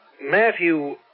Matthew